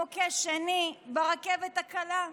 מוקש שני ברכבת הקלה,